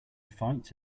fights